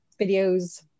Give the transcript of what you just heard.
videos